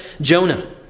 Jonah